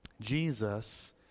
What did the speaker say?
Jesus